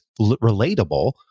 relatable